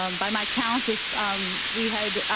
um by my count, if we had